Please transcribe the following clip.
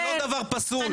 זה לא דבר פסול,